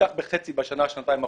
נחתך בחצי בשנה-שנתיים האחרונות.